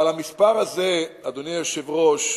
אבל המספר הזה, אדוני היושב-ראש,